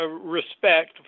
respect